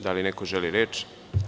Da li neko želi reč?